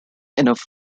enough